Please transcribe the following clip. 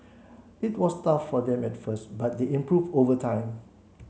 it was tough for them at first but they improved over time